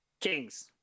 Kings